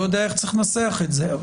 אני לא יודע איך צריך לנסח את זה.